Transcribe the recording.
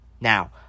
Now